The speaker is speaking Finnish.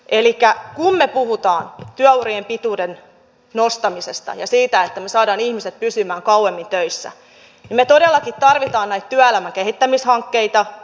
kun me puhumme työurien pituuden nostamisesta ja siitä että me saamme ihmiset pysymään kauemmin töissä me todellakin tarvitsemme näitä työelämän kehittämishankkeita